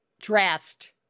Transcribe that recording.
dressed